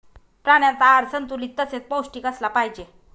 प्राण्यांचा आहार संतुलित तसेच पौष्टिक असला पाहिजे